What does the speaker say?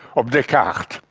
of descartes,